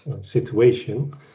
situation